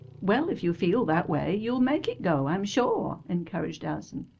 well, if you feel that way, you'll make it go, i'm sure, encouraged allison.